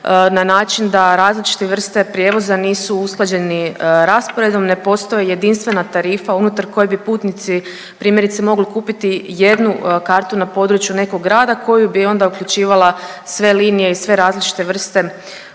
na način da različite vrste prijevoza nisu usklađeni rasporedom. Ne postoji jedinstvena tarifa unutar koje bi putnici primjerice mogli kupiti jednu kartu na području nekog grada koja bi onda uključivala sve linije i sve različite vrste